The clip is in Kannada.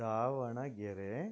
ದಾವಣಗೆರೆ